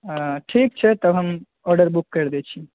हँ ठीक छै तब हम आर्डर बुक करि दैत छी